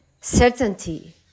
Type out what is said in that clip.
certainty